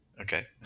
okay